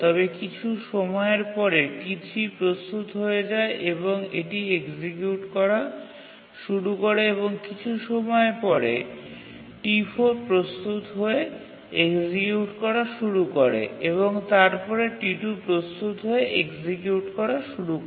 তবে কিছু সময়ের পরে T3 প্রস্তুত হয়ে যায় এবং এটি এক্সিকিউট করা শুরু করে এবং কিছু সময়ের পরে T4 প্রস্তুত হয়ে এক্সিকিউট করা শুরু করে এবং তারপরে T2 প্রস্তুত হয়ে এক্সিকিউট করা শুরু করে